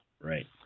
right